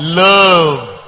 love